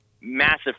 massive